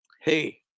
Hey